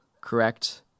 correct